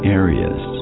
areas